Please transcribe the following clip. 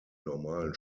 normalen